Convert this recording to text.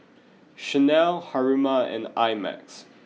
Chanel Haruma and I Max